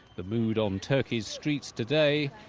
the mood on turkey's streets today?